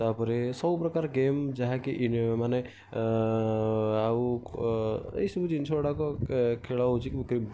ତା'ପରେ ସବୁ ପ୍ରକାର ଗେମ୍ ଯାହାକି ଇରେ ମାନେ ଆଉ ଏଇସବୁ ଜିନିଷ ଗୁଡ଼ାକ ଖେଳ ହେଉଛି